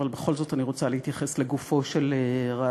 אבל בכל זאת אני רוצה להתייחס לגופו של רעיון,